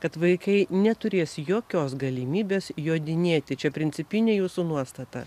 kad vaikai neturės jokios galimybės jodinėti čia principinė jūsų nuostata